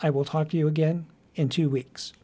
i will talk to you again in two weeks